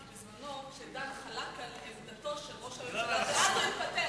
כי כשדן חלק על עמדתו של ראש הממשלה הוא התפטר,